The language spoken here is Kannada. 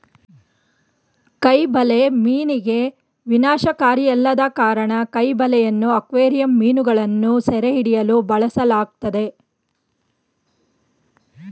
ಕೈ ಬಲೆ ಮೀನಿಗೆ ವಿನಾಶಕಾರಿಯಲ್ಲದ ಕಾರಣ ಕೈ ಬಲೆಯನ್ನು ಅಕ್ವೇರಿಯಂ ಮೀನುಗಳನ್ನು ಸೆರೆಹಿಡಿಯಲು ಬಳಸಲಾಗ್ತದೆ